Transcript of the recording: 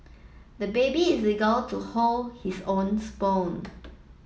the baby is eager to hold his own spoon